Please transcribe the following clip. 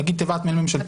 נגיד של תיבת מייל ממשלתית?